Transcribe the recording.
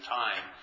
time